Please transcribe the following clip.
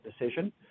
decision